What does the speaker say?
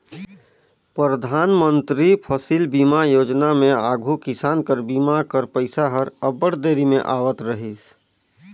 परधानमंतरी फसिल बीमा योजना में आघु किसान कर बीमा कर पइसा हर अब्बड़ देरी में आवत रहिस